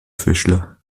fischler